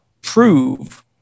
prove